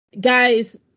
guys